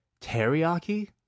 teriyaki